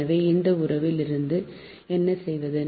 எனவே இந்த உறவில் இருந்து என்ன செய்வது